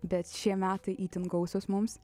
bet šie metai itin gausūs mums